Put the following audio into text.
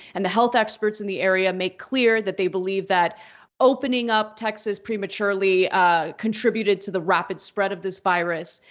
and the health experts in the area made clear that they believe that opening up texas prematurely contributed to the rapid spread of this virus.